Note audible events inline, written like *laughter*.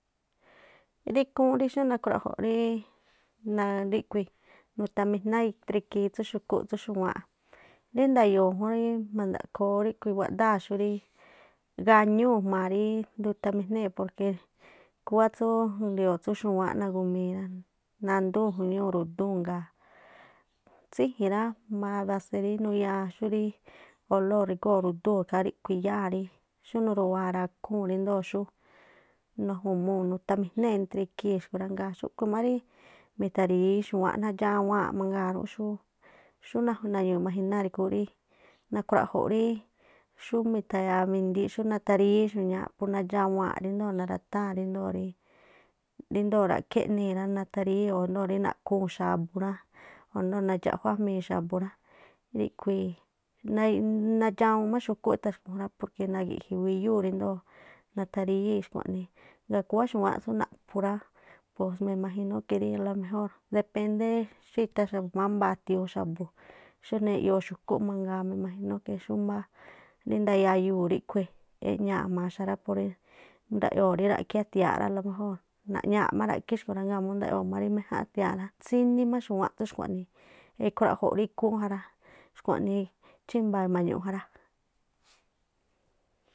Rí ikhúún rí xú nakhruaꞌgo̱ ríí naa ríꞌkhui̱ nuthamijná entre ikhiin tsú xu̱kúꞌ tsú xu̱wáánꞌ, rí nda̱yo̱o̱ jún rí ma̱ndaꞌkhoo ríꞌkhui̱ wáꞌdáa̱ xúrí gañúu̱ jma̱a rí nuthaminée̱ porque khúwá tsú nde̱yo̱o̱ tsú xu̱wáánꞌ nagu̱mii raan, nandúu̱n juñúu̱ ru̱dúu̱n ngaa̱ tsú i̱ji̱n rá *unintelligible* nuyáa̱ xurí olór drigóo̱ ikhaa ríꞌkhui̱ iyáa̱ xúrí nuru̱waa̱ rakhúu̱n ríndo̱o xú nujumuu̱ nuthamijnée̱ entre ikhii̱n xku̱rá. Ngaa̱ xúꞌkhu̱ má rí mi̱tha̱ri̱yíí xu̱wáánꞌ nadxawaa̱nꞌ mangaa̱ rú *hesitation* xú na̱ñu̱u̱ imaginár ikhúún rí nakhruaꞌjo̱ ríí xú mi̱tha̱yamindííꞌ xú natha ríyíí xu̱ñááꞌ phú nadxawaa̱ ríndoo̱ naratháa̱n ríndoo̱ ṟa̱ꞌkhí eꞌnii̱ rá, natharíyíi̱ o̱ rindoo̱ naꞌkhuu̱n xa̱bu̱ rá o̱ ndoo̱ nadxaꞌjuájmii̱ xa̱bu̱ rá, ríꞌkhui̱i̱ nait nadxawuun má xu̱kúꞌ e̱tha̱ xku̱ jún rá porque nagi̱ꞌji̱ wíyúu̱ ríndo̱o natharíyíi̱ xkua̱ꞌnii. Gaa̱ khúwá xu̱wáánꞌ tsú naꞌphu̱ rá pos me imagino que rí ala mejor depende *unintelligible* mámbaa a̱tiu̱un xa̱bu̱, xújnii eꞌyoo xu̱kúꞌ mangaa me imaginó que xú mbáá rí ndayayuu̱ riꞌkhui̱ eꞌñaa̱ jma̱a xa rá por ee ndaꞌyoo̱ rí ra̱ꞌkhí a̱tia̱an rá ala mejor naꞌñaa̱ má ra̱ꞌkhí xkui̱ rá. Ŋgaa̱ mú ndaꞌyoo̱ má rí méjánꞌ a̱tia̱an rá tsíní má xu̱wáánꞌ tsú xkua̱ꞌnii ekhruaꞌjo̱ꞌ rí ikhúún ja rá. Xkhuaꞌnii chímba̱a̱ ema̱ñuꞌ ja rá.